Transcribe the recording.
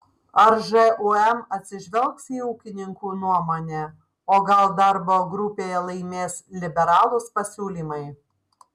ar žūm atsižvelgs į ūkininkų nuomonę o gal darbo grupėje laimės liberalūs pasiūlymai